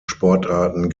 sportarten